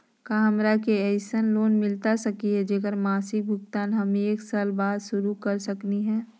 का हमरा के ऐसन लोन मिलता सकली है, जेकर मासिक भुगतान हम एक साल बाद शुरू कर सकली हई?